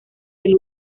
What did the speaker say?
del